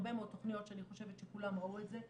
הרבה מאוד תכניות שאני חושבת שכולם ראו את זה,